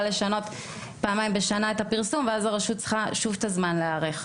לשנות פעמיים בשנה את הפרסום ואז הרשות צריכה שוב את הזמן להיערך.